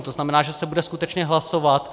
To znamená, že se bude skutečně hlasovat.